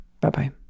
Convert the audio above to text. Bye-bye